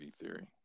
theory